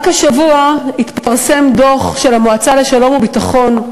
רק השבוע ראינו דוח של המועצה לשלום וביטחון,